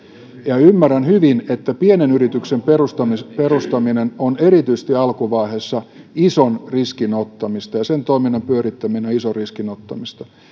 ymmärrän hyvin että pienen yrityksen perustaminen perustaminen on erityisesti alkuvaiheessa ison riskin ottamista ja sen toiminnan pyörittäminen on ison riskin ottamista minä